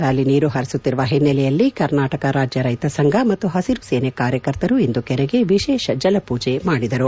ವ್ಲಾಲಿ ನೀರು ಪರಿಸುತ್ತಿರುವ ಹಿನ್ನೆಲೆಯಲ್ಲಿ ಕರ್ನಾಟಕ ರಾಜ್ಯ ರೈತ ಸಂಘ ಮತ್ತು ಪಸಿರುಸೇನೆ ಕಾರ್ಯಕರ್ತರು ಇಂದು ಕೆರೆಗೆ ವಿಶೇಷ ಜಲಪೂಜೆ ಮಾಡಿದರು